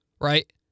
right